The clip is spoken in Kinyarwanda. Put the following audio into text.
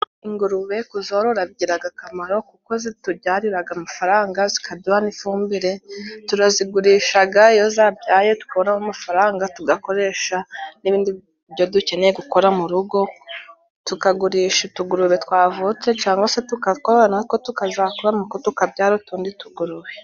Ingurube kuzorora bigiraga akamaro kuko zitubyariraga amafaranga. Zikaduha ifumbire, turazigurishaga iyo zabyaye tukabonamo amafaranga, tugakoresha n'ibindi byo dukeneye gukora mu rugo. Tukagurisha utugurube twavutse, cangwa se tukatworora natwo tukazakura, natwo tukabyara utundi tugurube.